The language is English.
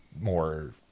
more